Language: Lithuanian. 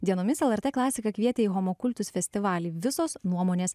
dienomis lrt klasika kvietė į homo kultus festivalį visos nuomonės